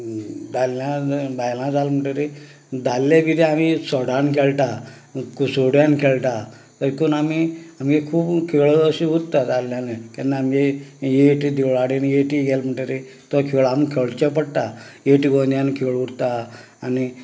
दादल्या बायलां जाले म्हणटकच दादले कितें आमी सोडान खेळटा कुसोड्यान खेळटा देखून आमी आमचे खूब खेळ अशें उरता दादल्याले केन्ना आमचे एट देवळा कडेन एटी गेले म्हणटकच तो खेळ आमी खेळचो पडटा एटी गोंद्यान खेळ उरता आनी